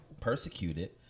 persecuted